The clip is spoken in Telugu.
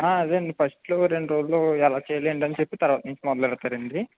ఆ అదే అండి ఫస్ట్లో రెండు రోజులు ఎలా చేయాలి ఏంటి అని చెప్పిన తరువాత నుంచి మొదలు పెడతారు అండి